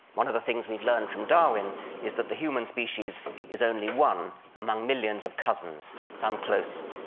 one of the things we've learned from darwin is that the human species is only one among millions of cousins, some close,